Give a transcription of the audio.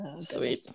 sweet